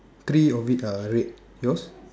three of it are red yours